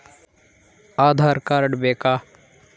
Aadhaar card ಬೇಕಾ?